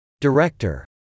Director